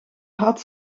had